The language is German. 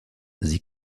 sie